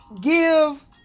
Give